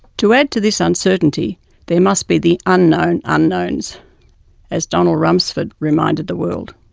to add to this uncertainty there must be the unknown unknowns as donald rumsford reminded the world.